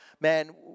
man